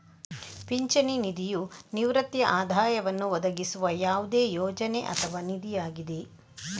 ಪಿಂಚಣಿ ನಿಧಿಯು ನಿವೃತ್ತಿ ಆದಾಯವನ್ನು ಒದಗಿಸುವ ಯಾವುದೇ ಯೋಜನೆ ಅಥವಾ ನಿಧಿಯಾಗಿದೆ